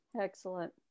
Excellent